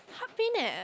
heart pain leh